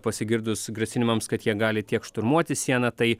pasigirdus grasinimams kad jie gali tiek šturmuoti sieną tai